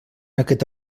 aquesta